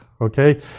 Okay